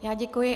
Já děkuji.